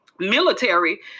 military